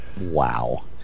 Wow